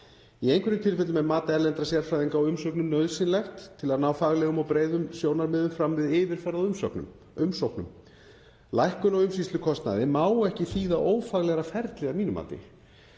Í einhverjum tilfellum er mat erlendra sérfræðinga á umsögnum nauðsynlegt til að ná faglegum og breiðum sjónarmiðum fram við yfirferð á umsóknum. Lækkun á umsýslukostnaði má ekki þýða ófaglegra ferli að mínu mati.